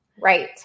Right